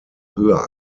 höher